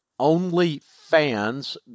OnlyFans